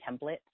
template